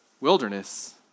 wilderness